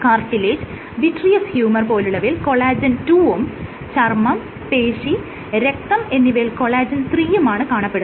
cartilage vitreous humour പോലുള്ളവയിൽ collagen II വും ചർമ്മം പേശി രക്തം എന്നിവയിൽ കൊളാജെൻ III യുമാണ് കാണപ്പെടുന്നത്